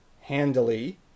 handily